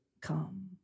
come